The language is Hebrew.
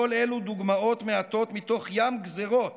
כל אלה דוגמאות מעטות מתוך ים גזרות